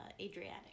Adriatic